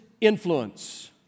influence